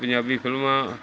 ਪੰਜਾਬੀ ਫਿਲਮਾਂ